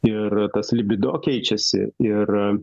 ir tas libido keičiasi ir